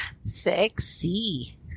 Sexy